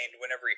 whenever